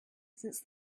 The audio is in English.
since